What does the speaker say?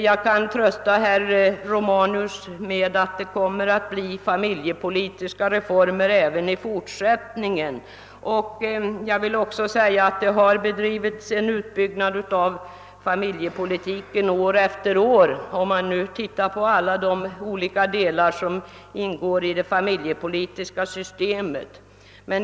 Jag kan trösta herr Romanus med att det kommer att bli familjepolitiska reformer även i fortsättningen. Jag vill också framhålla att det år efter år bedrivits en utbyggnad av familjepolitiken, om man nu ser på alla de olika delar som ingår i det familjepolitiska systemet.